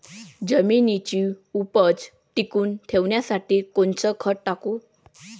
जमिनीची उपज टिकून ठेवासाठी कोनचं खत टाकू?